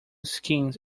skins